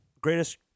greatest